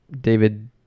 David